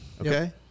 Okay